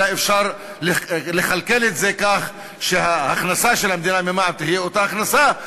אלא אפשר לכלכל את זה כך שההכנסה של המדינה ממע"מ תהיה אותה הכנסה,